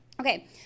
Okay